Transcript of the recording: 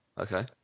Okay